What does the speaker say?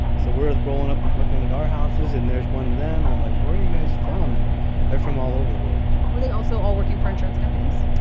so we're rolling up and looking at our houses, and there's one of them. and i'm like, where are you guys from? and they're from all over the world were they also all working for insurance companies?